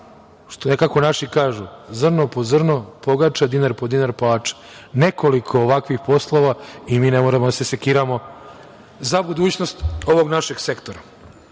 stvar, kako naši kažu – zrno, po zrno pogača, dinar, po dinar palača. Nekoliko ovakvih poslova i mi ne moramo da se sekiramo za budućnost ovog našeg sektora. Hvala